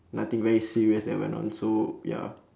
nothing very serious that went on so ya